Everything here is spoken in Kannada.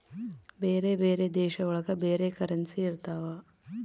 ಬೇರೆ ಬೇರೆ ದೇಶ ಒಳಗ ಬೇರೆ ಕರೆನ್ಸಿ ಇರ್ತವ